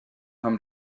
come